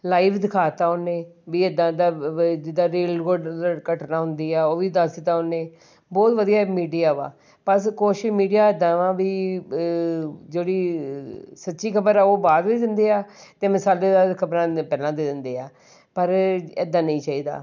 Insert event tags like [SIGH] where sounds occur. live ਦਿਖਾਤਾ ਉਹਨੇ ਵੀ ਇੱਦਾਂ ਇੱਦਾਂ ਜਿਦਾਂ ਰੇਲ [UNINTELLIGIBLE] ਘਟਨਾ ਹੁੰਦੀ ਆ ਉਹ ਵੀ ਦੱਸ ਦਿੱਤਾ ਉਹਨੇ ਬਹੁਤ ਵਧੀਆ ਮੀਡੀਆ ਵਾ ਬਸ ਕੁਝ ਮੀਡੀਆ ਇੱਦਾਂ ਵਾ ਵੀ ਜਿਹੜੀ ਸੱਚੀ ਖਬਰ ਆ ਉਹ ਬਾਅਦ ਵਿੱਚ ਦਿੰਦੇ ਆ ਅਤੇ ਮਸਾਲੇ ਖਬਰਾਂ ਪਹਿਲਾਂ ਦੇ ਦਿੰਦੇ ਆ ਪਰ ਇੱਦਾਂ ਨਹੀਂ ਚਾਹੀਦਾ